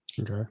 Okay